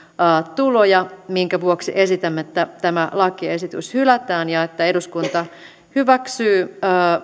tuloja minkä vuoksi esitämme että tämä lakiesitys hylätään ja että eduskunta hyväksyy